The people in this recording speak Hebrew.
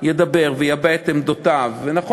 אני חושב שראוי לה לכנסת,